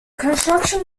construction